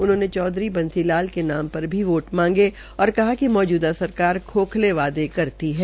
उन्होंने चौधरी बंसी लाल के नाम पर भी वोट मांगे और कहा कि मौजूदा सरकार खोखले वायदे करती है